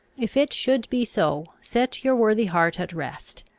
if it should be so, set your worthy heart at rest.